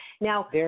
Now